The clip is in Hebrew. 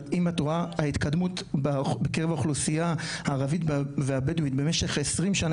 אבל אם את רואה ההתקדמות בקרב אוכלוסייה ערבית ועבד במשך 20 שנה